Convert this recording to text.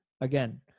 again